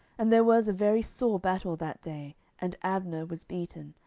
and there was a very sore battle that day and abner was beaten,